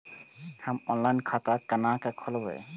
हम ऑनलाइन खाता केना खोलैब?